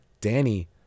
Danny